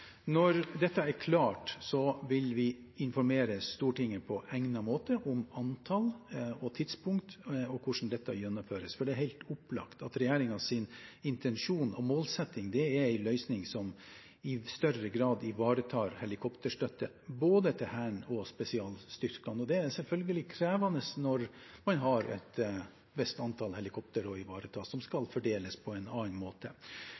Når dette er klart, vil vi informere Stortinget på egnet måte om antall og tidspunkt og hvordan dette gjennomføres. Det er helt opplagt at regjeringens intensjon og målsetting er en løsning som i større grad ivaretar helikopterstøtte til både Hæren og spesialstyrkene. Det er selvfølgelig krevende når man har et visst antall helikoptre å ivareta som skal fordeles på en annen måte.